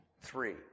Three